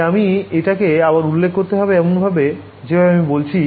তাই আমি এই টাকে আবার উল্লেখ করতে হবে এমনভাবে জেভাবে আমি বলছি